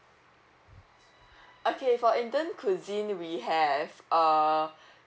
okay for indian cuisine we have uh